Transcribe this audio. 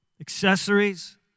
Accessories